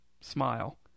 Smile